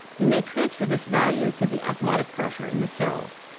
we may transfer this value to the osmotic pressure in the cells.